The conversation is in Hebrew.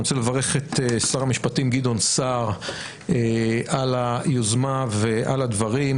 אני רוצה לברך את שר המשפטים גדעון סער על היוזמה ועל הדברים.